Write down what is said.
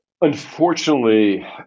Unfortunately